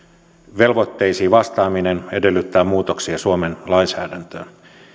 velvoitteisiin vastaaminen edellyttää muutoksia suomen lainsäädäntöön